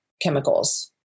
chemicals